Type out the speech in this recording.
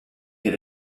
hit